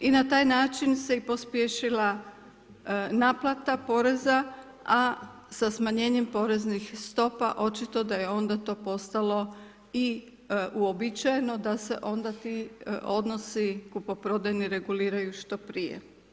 I na taj način se pospješila naplata poreza a sa smanjenjem poreznih stopa očito da je onda to postalo i uobičajeno da se onda ti odnosi kupoprodajni reguliraju što prije.